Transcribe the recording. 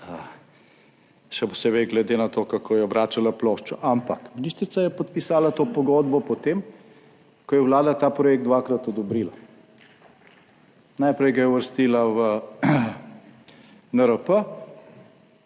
še posebej glede na to kako je obračala ploščo, ampak ministrica je podpisala to pogodbo potem, ko je Vlada ta projekt dvakrat odobrila. Najprej ga je uvrstila v NRP,